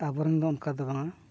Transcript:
ᱟᱵᱚᱨᱮᱱ ᱫᱚ ᱚᱱᱠᱟ ᱫᱚ ᱵᱟᱝᱟ